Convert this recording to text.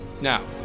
Now